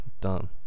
done